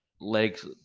legs